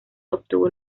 obtuvo